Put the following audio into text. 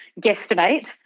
guesstimate